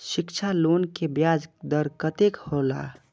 शिक्षा लोन के ब्याज दर कतेक हौला?